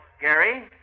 Gary